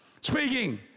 speaking